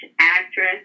actress